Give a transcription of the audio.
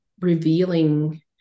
revealing